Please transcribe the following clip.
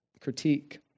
critique